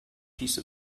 piece